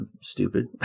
stupid